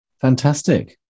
Fantastic